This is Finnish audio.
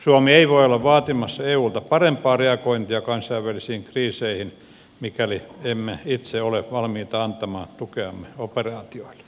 suomi ei voi olla vaatimassa eulta parempaa reagointia kansainvälisiin kriiseihin mikäli emme itse ole valmiita antamaan tukeamme operaatioille